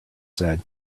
said